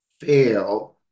fail